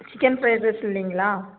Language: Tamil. சிக்கன் ஃப்ரைட் ரைஸ் இல்லைங்களா